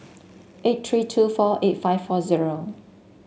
eight three two four eight five four zero